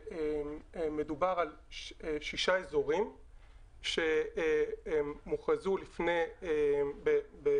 שמדובר על שישה אזורים שהוכרזו לפני עשור,